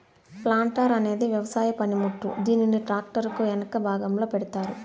planter అనేది వ్యవసాయ పనిముట్టు, దీనిని ట్రాక్టర్ కు ఎనక భాగంలో పెడతారు